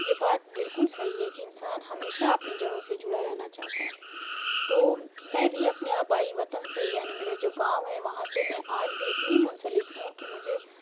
یہ بات بالکل صحیح ہے کہ انسان ہمیشہ اپنی جڑوں سے جڑا رہنا چاہتا ہے تو میں بھی اپنے آبائی وطن سے یعنی جو میرا گاؤں ہے وہاں سے میں آج بھی اتنی منسلک ہوں کہ مجھے